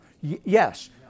Yes